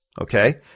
Okay